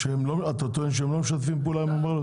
אתה טוען שהם לא משתפים פעולה עם המרלו"ג?